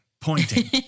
pointing